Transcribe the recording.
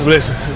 Listen